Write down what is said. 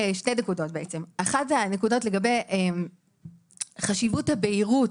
לגבי חשיבות הבהירות,